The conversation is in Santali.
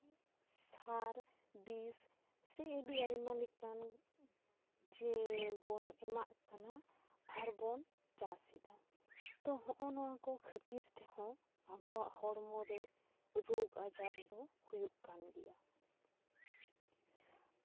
ᱥᱟᱨ ᱵᱤᱥ ᱥᱮ ᱟᱹᱰᱤ ᱟᱭᱢᱟ ᱞᱮᱠᱟᱱ ᱡᱮ ᱵᱚᱱ ᱮᱢᱟᱜ ᱠᱟᱱᱟ ᱟᱨ ᱵᱚᱱ ᱪᱟᱥ ᱮᱫᱟ ᱛᱚ ᱦᱚᱜᱼᱚᱭ ᱱᱚᱣᱟ ᱠᱚ ᱠᱷᱟᱹᱛᱤᱨ ᱛᱮᱦᱚᱸ ᱟᱵᱚᱣᱟᱜ ᱦᱚᱲᱢᱚᱨᱮ ᱨᱳᱜᱽ ᱟᱡᱟᱨ ᱫᱚ ᱦᱩᱭᱩᱜ ᱠᱟᱱ ᱜᱮᱭᱟ